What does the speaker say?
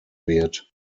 wird